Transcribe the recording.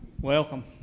Welcome